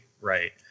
Right